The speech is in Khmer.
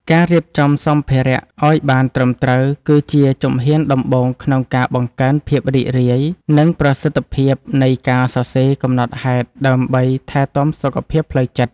ការរៀបចំសម្ភារៈឱ្យបានត្រឹមត្រូវ គឺជាជំហានដំបូងក្នុងការបង្កើនភាពរីករាយ និងប្រសិទ្ធភាពនៃការសរសេរកំណត់ហេតុដើម្បីថែទាំសុខភាពផ្លូវចិត្ត។